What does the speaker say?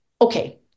okay